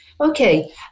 okay